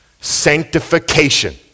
Sanctification